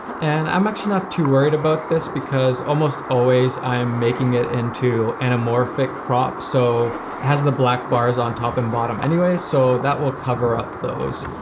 and i'm actually not too worried about this because almost always i'm making it into anamorphic crop, so it has the black bars on top and bottom anyway, so that will cover up those.